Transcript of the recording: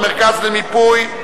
המרכז למיפוי.